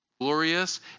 Glorious